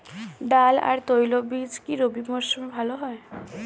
ডাল আর তৈলবীজ কি রবি মরশুমে ভালো হয়?